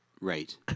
Right